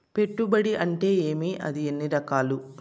పెట్టుబడి అంటే ఏమి అది ఎన్ని రకాలు